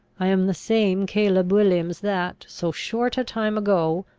i am the same caleb williams that, so short a time ago,